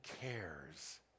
cares